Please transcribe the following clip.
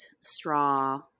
straw